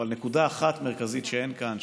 או על נקודה אחת מרכזית שאין כאן,